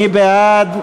מי בעד?